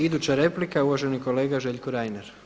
Iduća replika uvaženi kolega Željko Reiner.